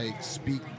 speak